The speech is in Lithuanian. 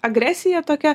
agresija tokia